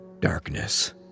Darkness